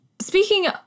Speaking